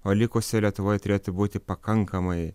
o likusioj lietuvoj turėtų būti pakankamai